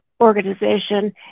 organization